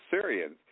Syrians